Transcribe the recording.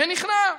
ונכנע.